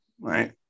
right